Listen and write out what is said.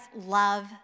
love